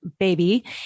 baby